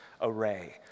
array